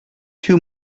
two